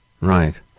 right